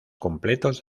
completos